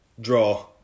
Draw